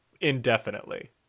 indefinitely